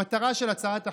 המטרה של הצעת החוק,